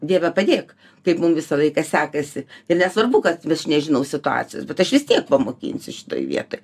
dieve padėk kaip mum visą laiką sekasi ir nesvarbu kad vis nežinau situacijos bet aš vis tiek pamokinsiu šitoj vietoj